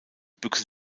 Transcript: büchse